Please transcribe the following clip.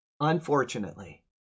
Unfortunately